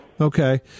Okay